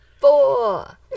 Four